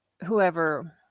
whoever